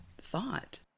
thought